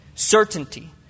Certainty